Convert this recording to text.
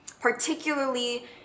particularly